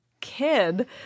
kid